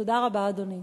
תודה רבה, אדוני.